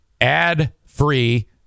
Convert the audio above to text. ad-free